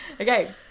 Okay